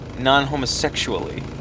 Non-homosexually